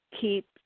keep